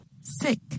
sick